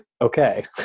okay